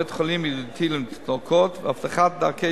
"בית-חולים ידידותי לתינוקות" והבטחת דרכי